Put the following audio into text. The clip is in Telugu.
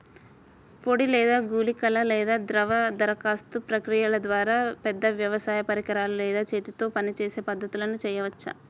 పొడి లేదా గుళికల లేదా ద్రవ దరఖాస్తు ప్రక్రియల ద్వారా, పెద్ద వ్యవసాయ పరికరాలు లేదా చేతితో పనిచేసే పద్ధతులను చేయవచ్చా?